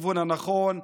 ובכיוון הנכון.